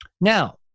Now